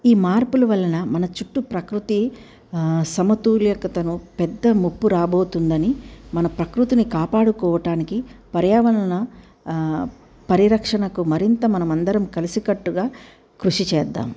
ఈ మార్పుల వలన మన చుట్టూ ప్రకృతి సమతుల్యతకు పెద్ద ముప్పు రాబోతుందని మన ప్రకృతిని కాపాడుకోవటానికి పర్యావరణ పరిరక్షణకు మరింత మనమందరం కలిసికట్టుగా కృషి చేద్దాం